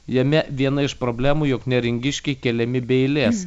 jame viena iš problemų jog neringiškiai keliami be eilės